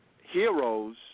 heroes